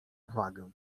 uwagę